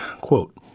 quote